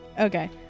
Okay